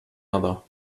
other